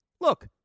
look